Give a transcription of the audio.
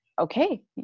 okay